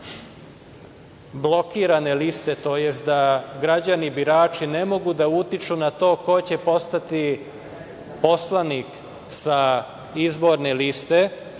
blokirane liste, tj. da građani birači ne mogu da utiču na to ko će postati poslanik sa izborne liste,